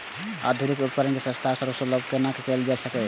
आधुनिक उपकण के सस्ता आर सर्वसुलभ केना कैयल जाए सकेछ?